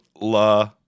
la